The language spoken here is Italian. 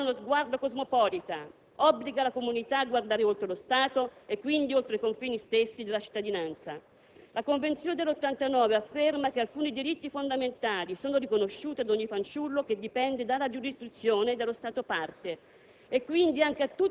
L'infanzia vuole uno sguardo cosmopolita. Obbliga le comunità a guardare oltre lo Stato e quindi oltre i confini stessi della cittadinanza. La Convenzione dell'89 afferma che alcuni diritti fondamentali sono riconosciuti «ad ogni fanciullo che dipende dalla giurisdizione» dello Stato-parte,